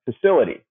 facility